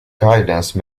guidance